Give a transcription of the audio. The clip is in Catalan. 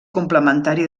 complementari